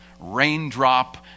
raindrop